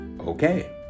okay